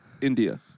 India